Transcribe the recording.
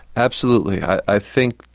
absolutely. i think,